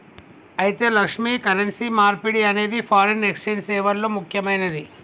అయితే లక్ష్మి, కరెన్సీ మార్పిడి అనేది ఫారిన్ ఎక్సెంజ్ సేవల్లో ముక్యమైనది